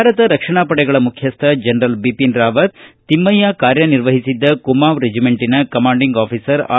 ಭಾರತ ರಕ್ಷಣಾ ಪಡೆಗಳ ಮುಖ್ಯಸ್ವ ಜನರಲ್ ಬಿಪಿನ್ ರಾವತ್ ತಿಮ್ನಯ್ಯ ಕಾರ್ಯನಿರ್ವಹಿಸಿದ್ದ ಕುಮಾವ್ ರೆಜಮೆಂಟ್ನ ಕಮಾಂಡಿಂಗ್ ಆಫೀಸರ್ ಆರ್